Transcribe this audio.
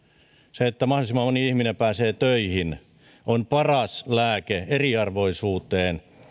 se että mahdollisimman moni ihminen pääsee töihin on paras lääke eriarvoisuuteen